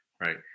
right